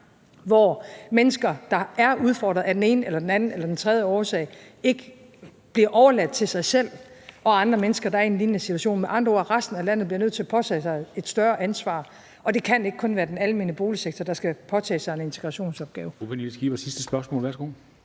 hvor mennesker, der er udfordret af den ene eller den anden eller den tredje årsag, ikke bliver overladt til sig selv og andre mennesker, der er i en lignende situation. Sagt med andre ord: Resten af landet bliver nødt til at påtage sig et større ansvar, og det kan ikke kun være den almene boligsektor, der skal påtage sig en integrationsopgave.